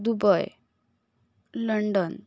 Dubai London